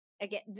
again